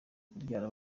kubyara